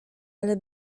ale